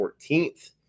14th